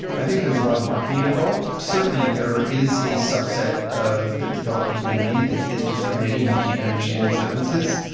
i think there's a lot of marketing involved. certainly, there is a subset of the developer community that is discriminating discriminating and it can understand these differences.